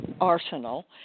arsenal